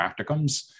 practicums